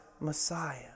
Messiah